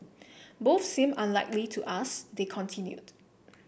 both seem unlikely to us they continued